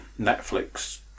Netflix